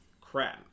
crap